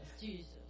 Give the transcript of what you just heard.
Jesus